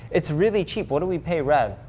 it's really cheap. what do we pay rev?